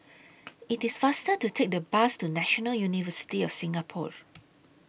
IT IS faster to Take The Bus to National University of Singapore